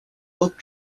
oak